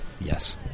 Yes